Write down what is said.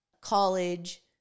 college